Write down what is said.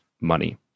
money